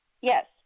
Yes